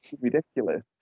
ridiculous